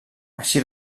així